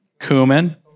cumin